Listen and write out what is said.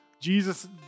Jesus